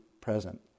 present